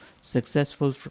successful